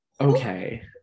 Okay